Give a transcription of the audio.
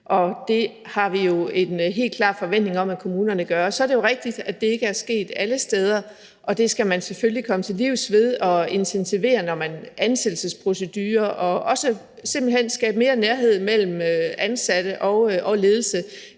Og det har vi jo en helt klart forventning om kommunerne gør. Så er det jo rigtigt, at det ikke er sket alle steder, og det skal man selvfølgelig komme til livs ved intensivere i forhold til ansættelsesprocedurer og også simpelt hen i forhold til at skabe mere nærhed mellem ansatte og ledelse.